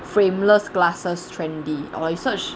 frameless glasses trendy or you search